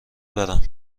برم